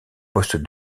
poste